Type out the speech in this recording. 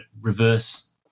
reverse